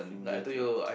twinkle to it